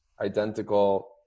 identical